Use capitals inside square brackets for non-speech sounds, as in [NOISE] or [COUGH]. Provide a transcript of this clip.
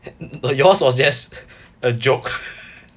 no yours was just a joke [LAUGHS]